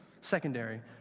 Secondary